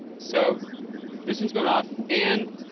so this one is going off. and